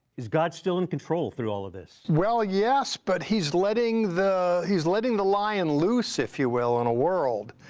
is god still in control through all of this? jeffrey well, yes, but he's letting the he's letting the lion loose, if you will, on a world,